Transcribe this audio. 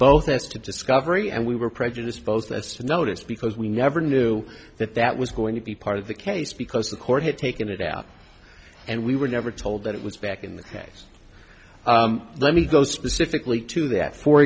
both as to discovery and we were prejudice both that's to notice because we never knew that that was going to be part of the case because the court had taken it out and we were never told that it was back in the case let me go specifically to that for